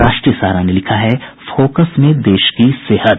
राष्ट्रीय सहारा ने लिखा है फोकस में देश की सेहत